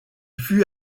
fut